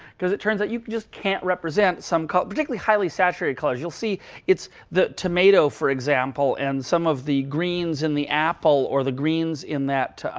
because it turns it you just can't represent some colors, particularly highly saturated colors. you'll see it's the tomato, for example, and some of the greens in the apple, or the greens in that